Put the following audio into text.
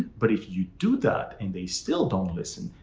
but if you do that and they still don't listen,